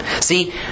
See